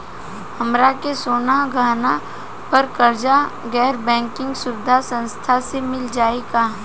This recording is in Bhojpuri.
हमरा के सोना गहना पर कर्जा गैर बैंकिंग सुविधा संस्था से मिल जाई का?